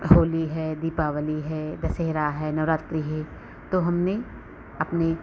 होली है दीपावली है दशहरा है नवरात्रि है तो हमने अपने